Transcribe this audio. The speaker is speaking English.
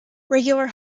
regular